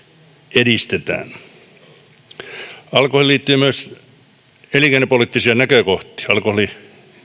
edistetään alkoholiin liittyy myös elinkeinopoliittisia näkökohtia alkoholi